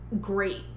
great